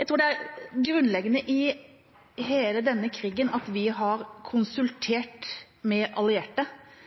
Jeg tror det er grunnleggende i hele denne krigen at vi har konsultert med allierte